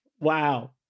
wow